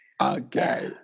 okay